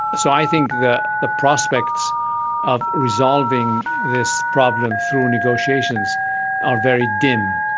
so i think the the prospects of resolving this problem through negotiations are very dim.